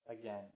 again